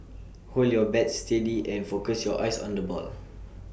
hold your bat steady and focus your eyes on the ball